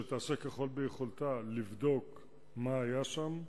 שתעשה כל שביכולתה לבדוק מה היה שם,